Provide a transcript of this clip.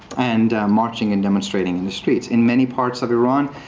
and marching and demonstrating in the streets. in many parts of iran,